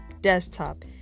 desktop